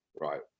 right